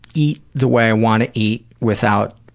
eat the way i want to eat without